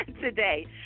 today